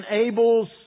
enables